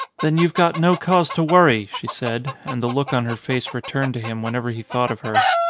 then you've got no cause to worry, she said, and the look on her face returned to him when ever he thought of her.